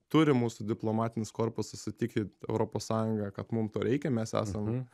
turi mūsų diplomatinis korpusas susitikit europos sąjungą kad mums to reikia mes esam